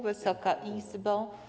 Wysoka Izbo!